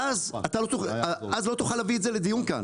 ואז לא תוכל להביא את זה לדיון כאן.